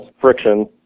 friction